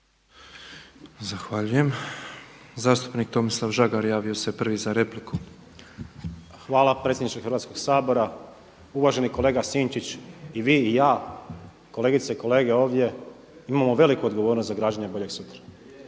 Zahvaljujem. Zastupnik Tomislav Žagar javio se prvi za repliku. **Žagar, Tomislav (Nezavisni)** Hvala predsjedniče Hrvatskoga sabora. Uvaženi kolega Sinčić, i vi i ja, kolegice i kolege ovdje imamo veliku odgovornost za građenje boljeg sutra.